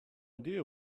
idea